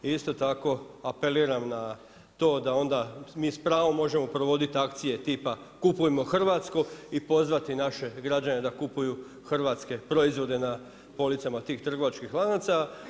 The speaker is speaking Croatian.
I isto tako apeliram na to da onda mi s pravom možemo provoditi akcije tipa „Kupujmo hrvatsko“ i pozvati naše građane da kupuju hrvatske proizvode na policama tih trgovačkih lanaca.